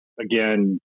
again